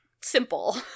simple